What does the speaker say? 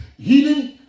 Healing